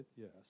yes